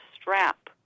strap